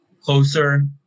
closer